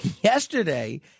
Yesterday